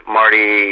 Marty